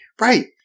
right